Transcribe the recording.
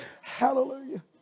Hallelujah